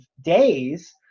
days